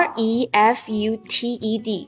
Refuted